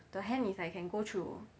the hand is like can go through